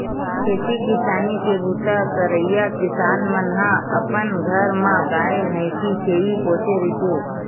खेती किसानी के बूता करइया किसान मन ह अपन घर म गाय, भइसी, छेरी पोसे रहिथे